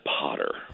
Potter